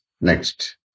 Next